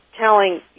telling